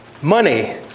money